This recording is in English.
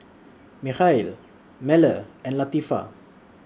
Mikhail Melur and Latifa